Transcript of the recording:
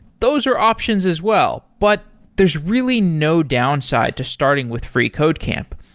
those are options as well, but there's really no downside to starting with freecodecamp.